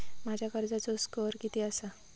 माझ्या कर्जाचो स्कोअर किती आसा?